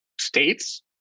states